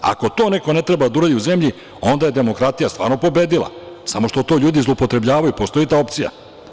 Ako to neko ne treba da uradi u zemlji, onda je demokratija stvarno pobedila, samo što to ljudi zloupotrebljavaju, postoji i ta opcija.